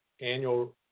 annual